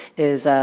is